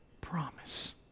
promise